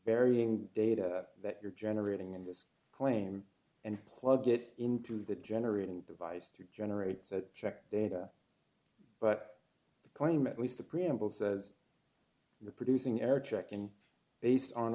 varying data that you're generating in this claim and plug it into the generating device to generate so check data but the claim at least the preamble says the producing error checking based on